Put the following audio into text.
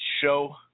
show